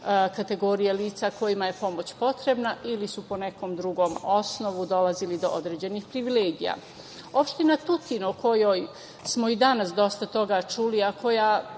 kategorije lica kojima je pomoć potrebna ili su po nekom drugom osnovu dolazili do određenih privilegija. Opština Tutin, o kojoj smo i danas dosta toga čuli, a koja